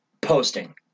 posting